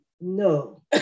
no